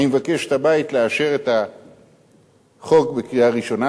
אני מבקש מהבית לאשר את החוק בקריאה ראשונה.